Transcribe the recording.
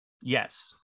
yes